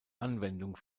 anwendung